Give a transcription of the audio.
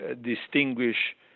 distinguish